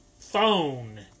phone